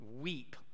weep